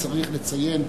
צריך לציין,